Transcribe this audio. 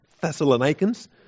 Thessalonians